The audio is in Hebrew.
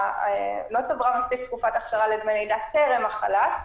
ולא צברה מספיק תקופת הכשרה לדמי לידה טרם החל"ת,